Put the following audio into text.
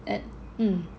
uh mm